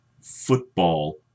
football